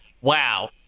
wow